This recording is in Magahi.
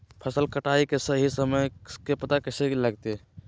फसल कटाई के सही समय के पता कैसे लगते?